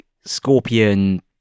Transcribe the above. scorpion